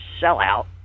sellout